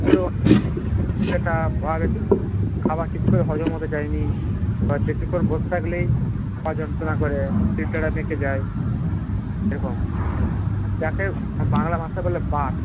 পিঠে ব্যথা পা ব্যথা খাবার ঠিক করে হজম হতে চায় না আবার বেশিক্ষণ বসে থাকলেই পা যন্ত্রণা করে শিরদাঁড়া বেঁকে যায় এরকম আর যাকে বাংলা ভাষায় বলে বাত